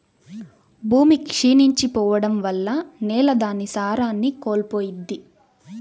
భూమి క్షీణించి పోడం వల్ల నేల దాని సారాన్ని కోల్పోయిద్ది